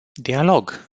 dialog